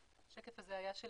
השקף הזה היה על